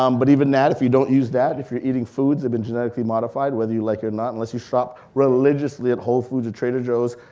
um but even that, if you don't use that, if you're eating foods, they've been genetically modified, whether you like it or not unless you shop religiously at whole foods or trader joe's,